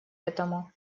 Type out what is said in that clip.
этому